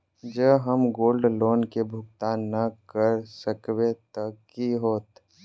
जँ हम gold loan केँ भुगतान न करऽ सकबै तऽ की होत?